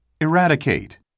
Eradicate